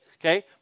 Okay